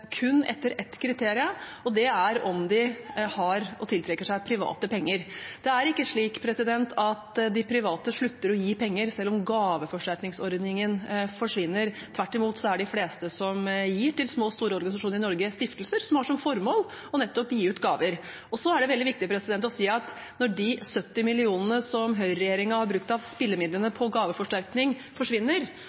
kun etter ett kriterium, og det er om de har og tiltrekker seg private penger. Det er ikke slik at de private slutter å gi penger selv om gaveforsterkningsordningen forsvinner. Tvert imot er de fleste som gir til små og store organisasjoner i Norge, stiftelser som har som formål nettopp å gi ut gaver. Så er det veldig viktig å si at når de 70 mill. kr som høyreregjeringen har brukt av spillemidlene på gaveforsterkningsordningen, forsvinner,